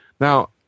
Now